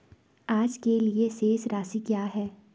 आज के लिए शेष राशि क्या है?